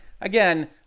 Again